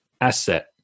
Asset